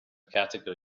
category